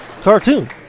cartoon